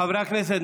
חברי הכנסת,